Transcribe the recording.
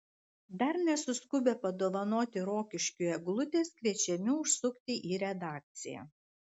dar nesuskubę padovanoti rokiškiui eglutės kviečiami užsukti į redakciją